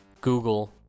Google